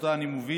שאותה אני מוביל,